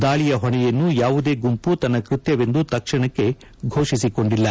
ದಾಳಯ ಹೊಣೆಯನ್ನು ಯಾವುದೇ ಗುಂಪು ತನ್ನ ಕೃತ್ಯವೆಂದು ತಕ್ಷಣಕ್ಕೆ ಫೋಷಿಸಿಕೊಂಡಿಲ್ಲ